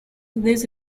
this